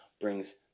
brings